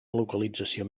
localització